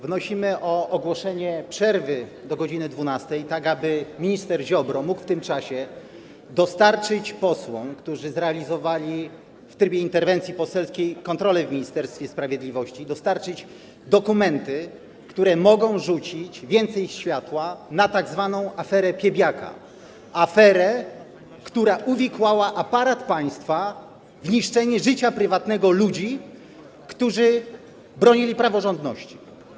Wnosimy o ogłoszenie przerwy do godz. 12, aby minister Ziobro mógł w tym czasie dostarczyć posłom, którzy zrealizowali w trybie interwencji poselskiej kontrolę w Ministerstwie Sprawiedliwości, dokumenty, które mogą rzucić więcej światła na tzw. aferę Piebiaka, aferę, która uwikłała aparat państwowy w niszczenie życia prywatnego ludzi, którzy bronili praworządności.